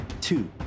two